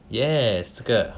yes 这个